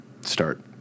start